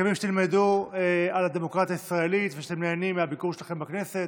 מקווים שתלמדו על הדמוקרטיה הישראלית ושאתם נהנים מהביקור שלכם בכנסת.